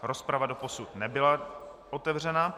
Rozprava doposud nebyla otevřena.